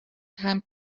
time